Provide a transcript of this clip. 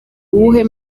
uwuhe